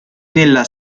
nella